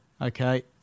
Okay